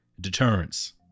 deterrence